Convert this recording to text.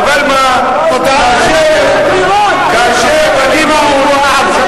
העם, היו בחירות, היו בחירות.